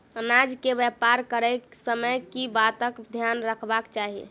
अनाज केँ व्यापार करैत समय केँ बातक ध्यान रखबाक चाहि?